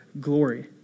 glory